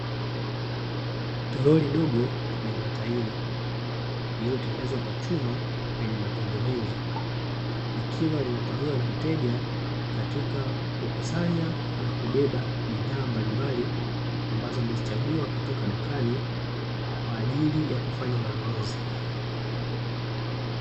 Toroli dogo lenye matairi, lililotengenezwa kwa chuma lenye matundu mengi, likiwa linatumiwa na mteja katika kukusanya na kubeba bidhaa mbalimbali, ambazo amezichagua kutoka dukani kwa ajili ya kufanya manunuzi.